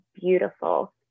beautiful